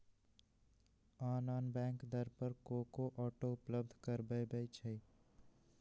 आन आन बैंक दर पर को को ऑटो उपलब्ध करबबै छईं